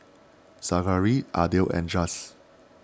Zachery Ardell and Chaz